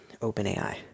OpenAI